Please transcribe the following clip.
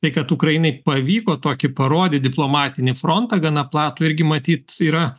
tai kad ukrainai pavyko tokį parodė diplomatinį frontą gana platų irgi matyt yra